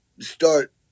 start